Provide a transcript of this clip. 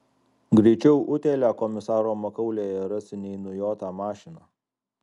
greičiau utėlę komisaro makaulėje rasi nei nujotą mašiną